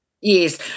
Yes